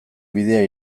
bidea